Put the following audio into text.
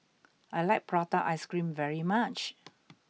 I like Prata Ice Cream very much